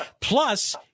Plus